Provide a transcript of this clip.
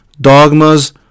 Dogmas